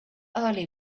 early